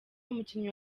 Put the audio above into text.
umukinnyi